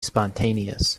spontaneous